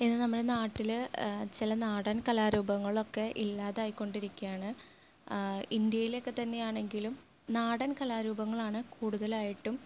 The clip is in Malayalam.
ഇന്ന് നമ്മുടെ നാട്ടിൽ ചില നാടൻ കലാരൂപങ്ങളൊക്കെ ഇല്ലാതായി കൊണ്ടിരിക്കാണ് ഇന്ത്യയിലക്കെ തന്നെയാണെങ്കിലും നാടൻ കലാരൂപങ്ങളാണ് കൂടുതലായിട്ടും